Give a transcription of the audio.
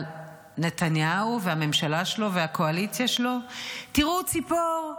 אבל נתניהו והממשלה שלו והקואליציה שלו: תראו ציפור,